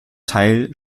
teil